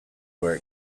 were